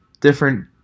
different